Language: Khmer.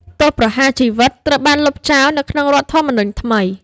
ទោសប្រហារជីវិតត្រូវបានលុបចោលនៅក្នុងរដ្ឋធម្មនុញ្ញថ្មី។